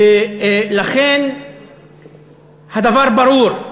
ולכן הדבר ברור.